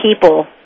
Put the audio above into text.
people